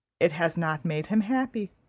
it has not made him happy.